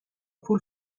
پول